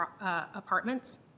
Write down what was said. apartments